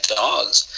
dogs